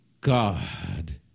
God